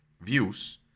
views